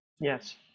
Yes